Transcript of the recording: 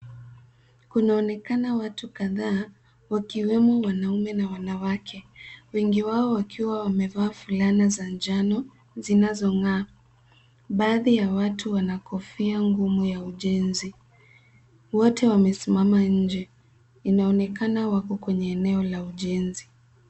Kunaonekana watu kadhaa, wakiwemo wanaume na wanawake, wengi wao wakiwa wamevaa fulana za njano zinazong’aa. Baadhi ya watu wana kofia ngumu za ujenzi. Wote wamesimama nje, inaonekana wako kwenye eneo la ujenzi.